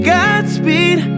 Godspeed